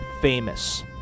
famous